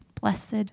blessed